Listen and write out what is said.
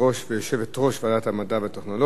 יושבת-ראש ועדת המדע והטכנולוגיה.